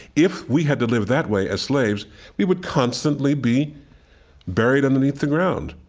if we had to live that way as slaves we would constantly be buried underneath the ground,